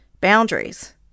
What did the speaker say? boundaries